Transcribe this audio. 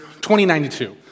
2092